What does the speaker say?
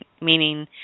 meaning